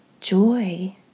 joy